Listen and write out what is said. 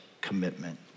commitment